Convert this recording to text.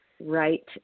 right